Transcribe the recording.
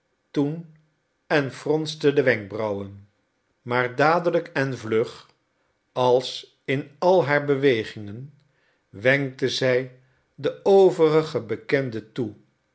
toen en fronste de wenkbrauwen maar dadelijk en vlug als in al haar bewegingen wenkte zij de overige bekenden toe